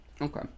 okay